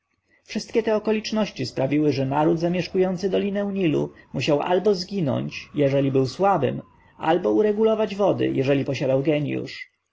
wszystkie te okoliczności sprawiły że naród zamieszkujący dolinę nilu musiał albo zginąć jeżeli był słabym albo uregulować wody jeżeli posiadał genjusz